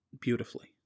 beautifully